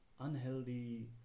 unhealthy